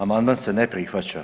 Amandman se ne prihvaća.